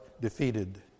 defeated